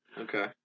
Okay